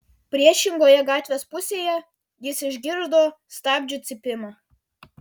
priešingoje gatvės pusėje jis išgirdo stabdžių cypimą